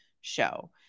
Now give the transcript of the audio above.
show